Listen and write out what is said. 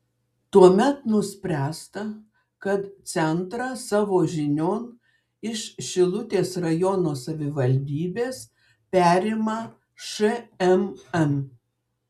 tuomet nuspręsta kad centrą savo žinion iš šilutės rajono savivaldybės perima šmm